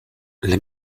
les